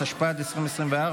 התשפ"ד 2024,